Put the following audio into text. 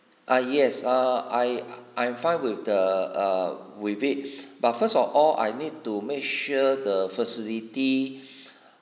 uh yes uh I I'm fine with the err with it but first of all I need to make sure the facility